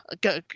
Go